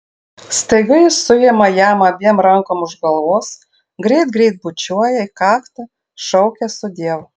staiga ji suima jam abiem rankom už galvos greit greit bučiuoja į kaktą šaukia sudiev